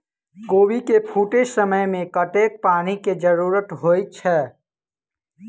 कोबी केँ फूटे समय मे कतेक पानि केँ जरूरत होइ छै?